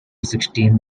sixteen